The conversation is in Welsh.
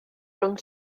rhwng